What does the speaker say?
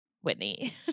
Whitney